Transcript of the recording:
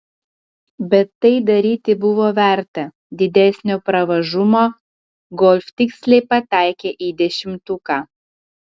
bet tai daryti buvo verta didesnio pravažumo golf tiksliai pataikė į dešimtuką